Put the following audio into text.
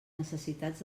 necessitats